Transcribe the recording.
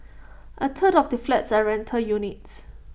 A third of the flats are rental units